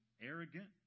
arrogant